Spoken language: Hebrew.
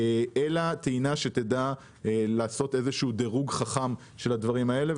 אלא טעינה שתדע לעשות דירוג חכם של הדברים האלה.